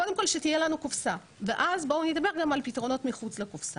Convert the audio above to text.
קודם כל שתהיה לנו קופסה ואז בואו נדבר גם על פתרונות מחוץ לקופסה.